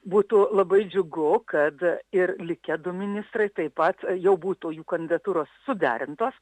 būtų labai džiugu kad ir likę du ministrai taip pat jau būtų jų kandidatūros suderintos